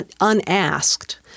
unasked